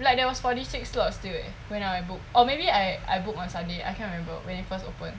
like there was forty six slots still eh when I booked or maybe I I booked on sunday I can't remember when it first opened